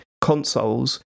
consoles